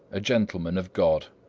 a gentleman of god.